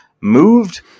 moved